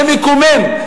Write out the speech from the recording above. זה מקומם.